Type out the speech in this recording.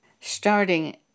starting